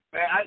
Man